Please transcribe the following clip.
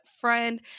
friend